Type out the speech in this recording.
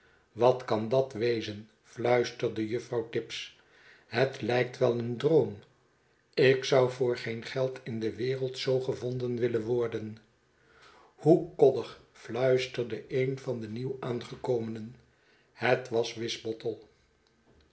wat kan dat wezen fluisterde juffrouw tibbs het lijkt wel een droom ik zou voor geen geld in de wereld zoo gevonden willen worden hoe koddig fluisterde een van de nieuw aangekomenen het was wisbottle